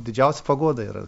didžiausia paguoda yra